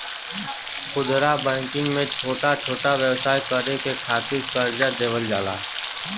खुदरा बैंकिंग में छोटा छोटा व्यवसाय करे के खातिर करजा देवल जाला